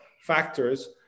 factors